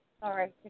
Sorry